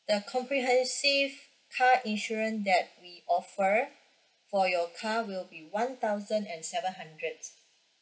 the comprehensive car insurance that we offer for your car will be one thousand and seven hundreds